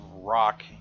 rock